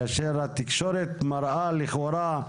כאשר התקשורת מראה לכאורה,